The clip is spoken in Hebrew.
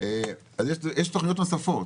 תוכניות נוספות.